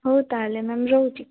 ହଉ ତାହାଲେ ମ୍ୟାମ୍ ରହୁଛି